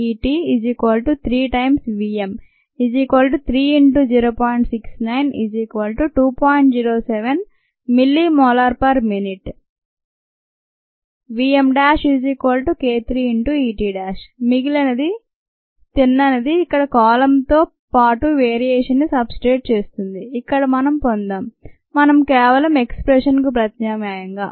07mMmin 1vm k3 Et మిగిలిన ది తిన్నని ది ఇక్కడ కాలంతో పాటువేరియేషన్ ని సబ్స్ట్రేట్ ఉంది ఇక్కడ మనం పొందాం మనం కేవలం ఆఎక్స్ప్రెషన్ కు ప్రత్యామ్నాయంగా